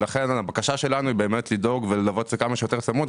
לכן הבקשה שלנו היא לדאוג וללוות את זה כמה שיותר צמוד,